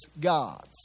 gods